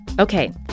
Okay